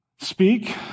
speak